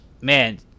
man